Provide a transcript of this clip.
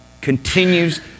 continues